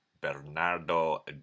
Bernardo